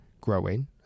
growing